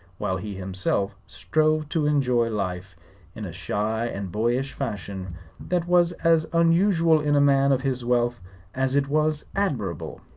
while he himself strove to enjoy life in a shy and boyish fashion that was as unusual in a man of his wealth as it was admirable.